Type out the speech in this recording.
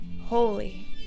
holy